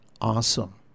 awesome